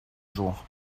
jours